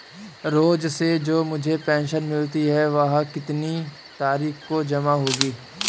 रोज़ से जो मुझे पेंशन मिलती है वह कितनी तारीख को जमा होगी?